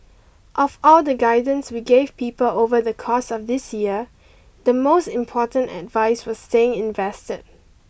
of all the guidance we gave people over the course of this year the most important advice was staying invested